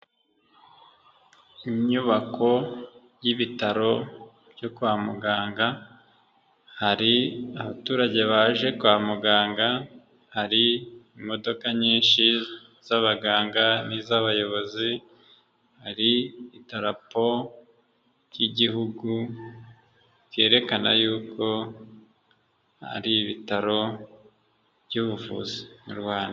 Inyubako y'Ibitaro byo kwa muganga hari abaturage baje kwa muganga. Hari imodoka nyinshi z'abaganga n'iz'abayobozi. Hari idarapo ry'Igihugu ryerekana y'uko ari Ibitaro by'ubuvuzi mu Rwanda.